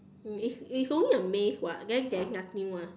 mm it's it's only a maze [what] then there's nothing [one]